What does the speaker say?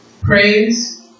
Praise